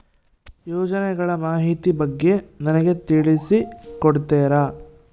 ಯೋಜನೆಗಳ ಮಾಹಿತಿ ಬಗ್ಗೆ ನನಗೆ ತಿಳಿಸಿ ಕೊಡ್ತೇರಾ?